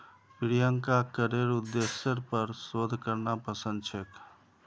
प्रियंकाक करेर उद्देश्येर पर शोध करना पसंद छेक